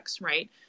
right